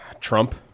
Trump